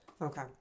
Okay